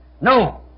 No